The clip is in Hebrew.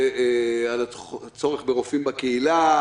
על הצורך ברופאים בקהילה,